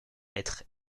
être